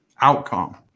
outcome